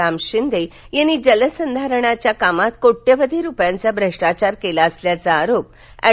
राम शिंदे यांनी जलसंधारणाच्या कामात कोट्यावधी रुपयांचा भ्रष्टाचार केला असल्याचा आरोप अॅड